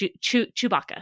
chewbacca